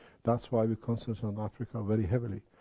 that's why we concentrate on africa very heavily,